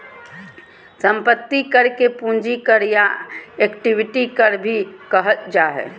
संपत्ति कर के पूंजी कर या इक्विटी कर भी कहल जा हइ